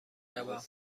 روم